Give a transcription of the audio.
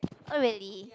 oh really